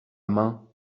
main